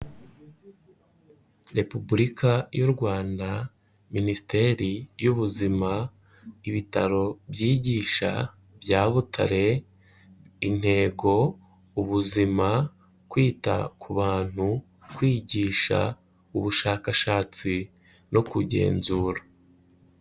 Repubulika y'u Rwanda, minisiteri y'ubuzima, ibitaro byigisha bya Butare, intego, ubuzima, kwita ku bantu, kwigisha, ubushakashatsi no kugenzura.